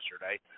yesterday